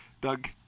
Doug